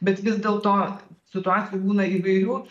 bet vis dėlto situacijų būna įvairių